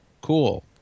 Cool